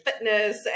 fitness